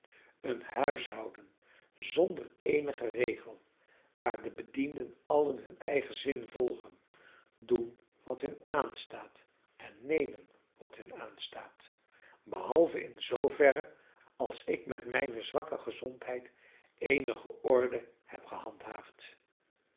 een huishouden zonder eenigen regel waar de bedienden allen hun eigen zin volgen doen wat hun aanstaat en nemen wat hun aanstaat behalve in zooverre als ik met mijne zwakke gezondheid eenige orde heb gehandhaafd